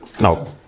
No